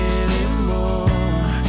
anymore